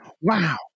wow